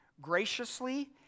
Graciously